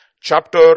Chapter